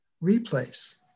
replace